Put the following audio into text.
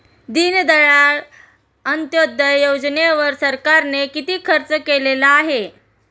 दीनदयाळ अंत्योदय योजनेवर सरकारने किती खर्च केलेला आहे?